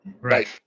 Right